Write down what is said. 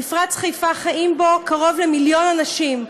מפרץ חיפה, חיים בו קרוב למיליון אנשים.